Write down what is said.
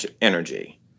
energy